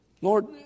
Lord